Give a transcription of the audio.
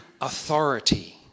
authority